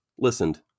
listened